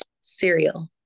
Cereal